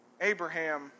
Abraham